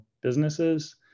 businesses